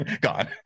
Gone